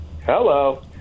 Hello